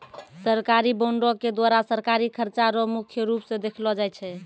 सरकारी बॉंडों के द्वारा सरकारी खर्चा रो मुख्य रूप स देखलो जाय छै